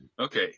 Okay